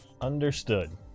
Understood